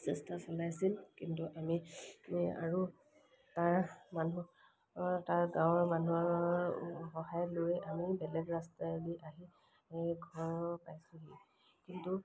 চেষ্টা চলাইছিল কিন্তু আমি আৰু তাৰ মানুহ তাৰ গাঁৱৰ মানুহৰ সহায় লৈ আমি বেলেগ ৰাস্তাইদি আহি ঘৰ পাইছোঁহি কিন্তু